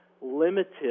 limited